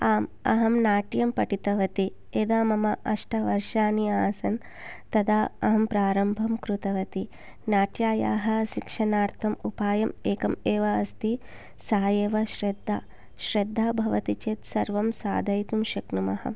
अहं नाट्यं पठितवती यदा मम अष्ट वर्षाणि आसन् तदा अहं प्रारम्भं कृतवती नाट्यस्य शिक्षणार्थम् उपायम् एकम् एव अस्ति सा एव श्रद्धा श्रद्धा भवति चेत् सर्वं साधयितुं शक्नुमः